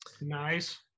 nice